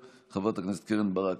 טאהא,